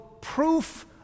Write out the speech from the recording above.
proof